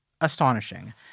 astonishing